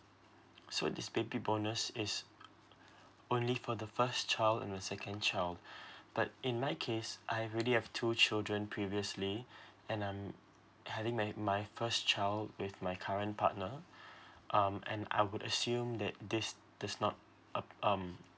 so this baby bonus is only for the first child and the second child but in my case I already have two children previously and I'm having my my first child with my current partner um and I would assume that this does not uh um